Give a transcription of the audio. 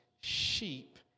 sheep